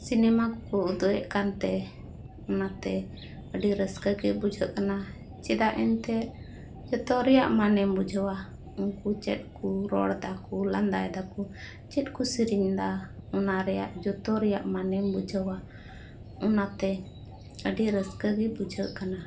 cinema ᱠᱚ ᱠᱚ ᱩᱫᱩᱜᱼᱮᱫ ᱠᱟᱱᱛᱮ ᱚᱱᱟᱛᱮ ᱟᱹᱰᱤ ᱨᱟᱹᱥᱠᱟᱹ ᱜᱮ ᱵᱩᱡᱷᱟᱹᱜ ᱠᱟᱱᱟ ᱪᱮᱫᱟᱜ ᱮᱱᱛᱮᱫ ᱡᱚᱛᱚ ᱨᱮᱭᱟᱜ ᱢᱟᱱᱮᱢ ᱵᱩᱡᱷᱟᱹᱣᱟ ᱩᱱᱠᱩ ᱪᱮᱫ ᱠᱚ ᱨᱚᱲ ᱫᱟᱠᱚ ᱞᱟᱸᱫᱟᱭ ᱫᱟᱠᱚ ᱪᱮᱫ ᱠᱚ ᱥᱮᱨᱮᱧᱫᱟ ᱚᱱᱟ ᱨᱮᱭᱟᱜ ᱡᱚᱛᱚ ᱨᱮᱭᱟᱜ ᱢᱟᱱᱮᱢ ᱵᱩᱡᱷᱟᱹᱣᱟ ᱚᱱᱟᱛᱮ ᱟᱹᱰᱤ ᱨᱟᱹᱥᱠᱟᱹ ᱜᱮ ᱵᱩᱡᱷᱟᱹᱜ ᱠᱟᱱᱟ